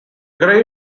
grey